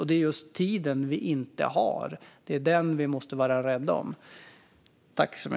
Det är just tiden vi inte har. Det är den vi måste vara rädda om.